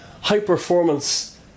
high-performance